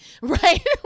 right